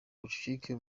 ubucucike